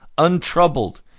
untroubled